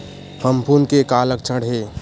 फफूंद के का लक्षण हे?